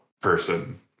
person